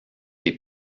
des